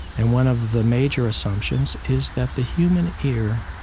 and one of the major assumptions is that the human ear